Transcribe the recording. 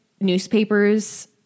newspapers